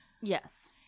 Yes